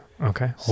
Okay